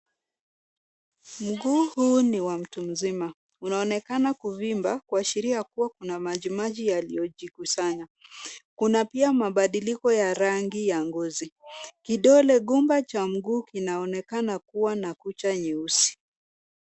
Mguu huu ni wa mtu mzima. Unaonekana kuvimba, kuashiria kuwa kuna majimaji yaliyojikusanya. Kuna pia mabadiliko ya rangi ya ngozi. Kidole gumba cha mguu kinaonekana kuwa na kucha nyeusi.